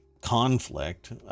conflict